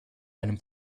einem